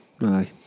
Aye